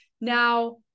Now